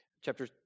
chapter